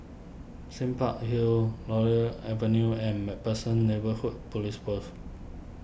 Sime Park Hill Laurel Avenue and MacPherson Neighbourhood Police Post